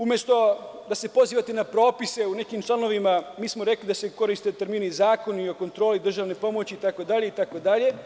Umesto da se pozivate na propise u nekim članovima, mi smo rekli da se koriste termini „zakoni o kontroli državne pomoći“, itd, itd.